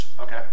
Okay